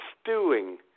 stewing